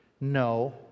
No